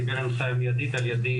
קיבל הנחייה מיידית על ידי,